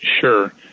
Sure